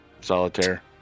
Solitaire